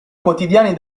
quotidiani